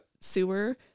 sewer